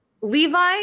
Levi